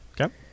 Okay